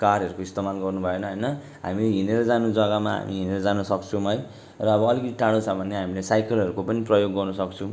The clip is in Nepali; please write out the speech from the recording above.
कारहरूको इस्तमाल गर्नु भएन होइन हामी हिँडेर जानु जगामा हामी हिँडेर जानु सक्छौँ है र अब अलिकति टाढो छ भने हामीले साइकलहरूको पनि प्रयोग गर्नु सक्छौँ